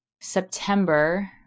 September